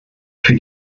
für